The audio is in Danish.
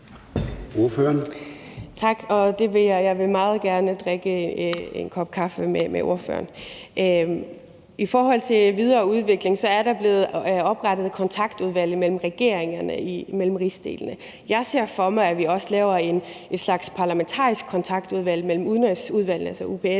Tak. Jeg vil meget gerne drikke en kop kaffe med ordføreren. I forhold til videre udvikling er der blevet oprettet et kontaktudvalg mellem regeringerne i rigsdelene. Jeg ser for mig, at vi også laver et slags parlamentarisk kontaktudvalg mellem